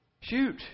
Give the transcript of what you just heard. Shoot